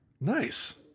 Nice